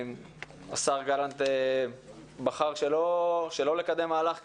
השר גלנט בחר שלא לקדם מהלך כזה.